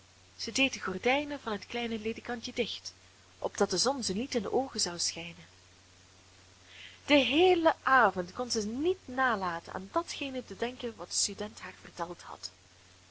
zij deed de gordijnen van het kleine ledekantje dicht opdat de zon ze niet in de oogen zou schijnen den heelen avond kon zij niet nalaten aan datgene te denken wat de student haar verteld had